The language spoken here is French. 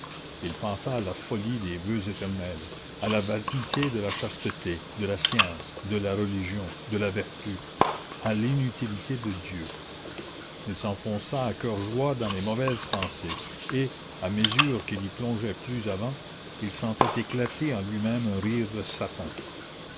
il pensa à la folie des voeux éternels à la vanité de la chasteté de la science de la religion de la vertu à l'inutilité de dieu il s'enfonça à coeur joie dans les mauvaises pensées et à mesure qu'il y plongeait plus avant il sentait éclater en lui-même un rire de satan